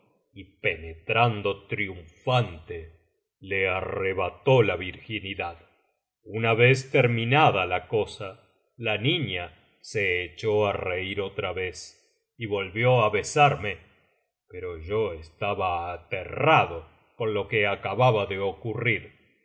y penetrando triunfante le arrebató la virginidad una vez terminada la cosa la niña se echó á reir otra vez y volvió á besarme pero yo estaba aterrado con lo que acababa de ocurrir